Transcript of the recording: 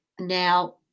now